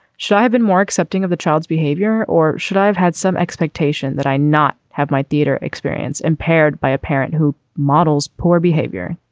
should i have been more accepting of the child's behavior or should i have had some expectation that i not have my theater experience impaired by a parent who models poor behavior